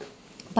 but